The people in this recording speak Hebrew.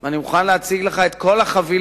ואני מוכן להציג לך את כל החבילה,